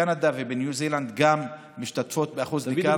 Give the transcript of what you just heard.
גם קנדה וניו זילנד משתתפות באחוז ניכר.